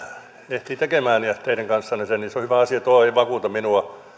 ehtii tekemään teidän kanssanne sen se on hyvä asia tuo ei vakuuta minua